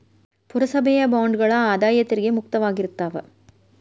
ಪುರಸಭೆಯ ಬಾಂಡ್ಗಳ ಆದಾಯ ತೆರಿಗೆ ಮುಕ್ತವಾಗಿರ್ತಾವ